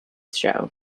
show